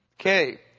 Okay